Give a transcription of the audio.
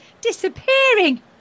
disappearing